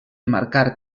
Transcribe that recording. marcar